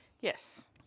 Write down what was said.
Yes